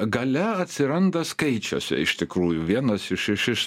galia atsiranda skaičiuose iš tikrųjų vienas iš iš iš